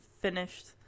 finished